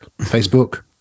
Facebook